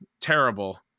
terrible